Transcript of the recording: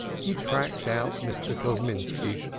he tracked out mr. kosminski,